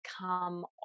come